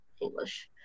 English